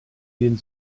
denen